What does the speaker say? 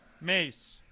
Mace